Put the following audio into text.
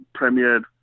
premiered